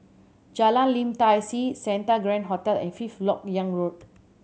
Jalan Lim Tai See Santa Grand Hotel and Fifth Lok Yang Road